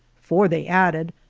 for, they added,